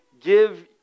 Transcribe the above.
give